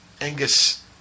Angus